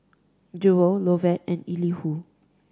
Jewel Lovett and Elihu